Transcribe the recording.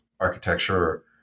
architecture